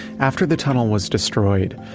after the tunnel was destroyed,